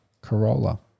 Corolla